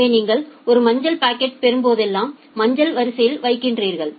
எனவே நீங்கள் ஒரு மஞ்சள் பாக்கெட்டைப் பெறும்போதெல்லாம் மஞ்சள் வரிசையில் வைக்கிறீர்கள்